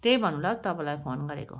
त्यही भन्नुलाई तपाईँलाई फोन गरेको